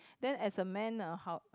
then as a man right how